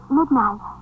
midnight